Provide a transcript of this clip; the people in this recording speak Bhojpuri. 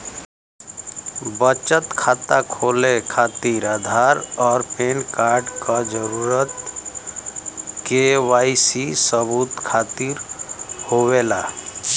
बचत खाता खोले खातिर आधार और पैनकार्ड क जरूरत के वाइ सी सबूत खातिर होवेला